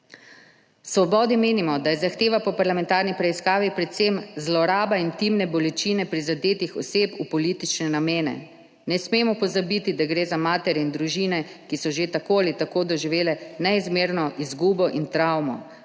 Svobodi menimo, da je zahteva po parlamentarni preiskavi predvsem zloraba intimne bolečine prizadetih oseb v politične namene. Ne smemo pozabiti, da gre za matere in družine, ki so že tako ali tako doživele neizmerno izgubo in travmo.